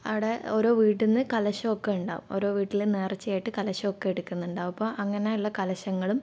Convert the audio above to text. അവിടെ ഓരോ വീട്ടിൽ നിന്ന് കലശം ഒക്കെ ഉണ്ടാവും ഓരോ വീട്ടിൽ നേർച്ച ആയിട്ട് കലശം ഒക്കെ എടുക്കുന്നുണ്ടാവും അപ്പം അങ്ങനെയുള്ള കലശങ്ങളും